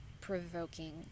provoking